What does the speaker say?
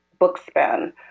Bookspan